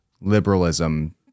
liberalism